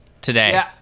today